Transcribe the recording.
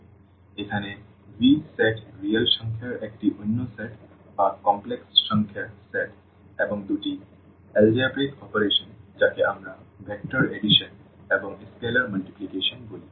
সুতরাং এখানে V set real সংখ্যার একটি অন্য সেট বা কমপ্লেক্স সংখ্যার সেট এবং দুটি algebraic অপারেশন যাকে আমরা ভেক্টর এডিশন এবং স্কেলার মাল্টিপ্লিকেশন বলি